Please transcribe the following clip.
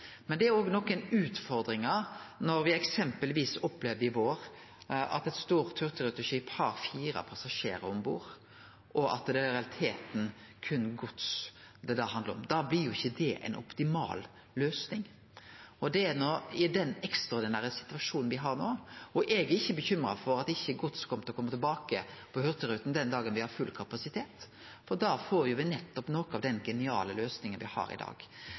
Men det er òg nokre utfordringar – da me f.eks. i vår opplevde at eit stort hurtigruteskip hadde fire passasjerar om bord, og at det i realiteten berre er gods det handlar om. Da blir ikkje det ei optimal løysing, og det er i den ekstraordinære situasjonen me har no. Eg er ikkje bekymra for at gods ikkje kjem tilbake på Hurtigruten den dagen me har full kapasitet. Da får me nettopp noko av den geniale løysinga me har i dag.